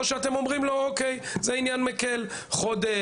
או שאתם אומרים לו שזה עניין מקל של חודש-שבועיים?